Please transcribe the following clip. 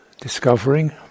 discovering